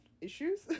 issues